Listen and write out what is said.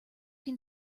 can